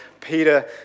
Peter